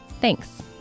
Thanks